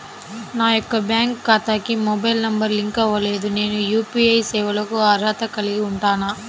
నా యొక్క బ్యాంక్ ఖాతాకి మొబైల్ నంబర్ లింక్ అవ్వలేదు నేను యూ.పీ.ఐ సేవలకు అర్హత కలిగి ఉంటానా?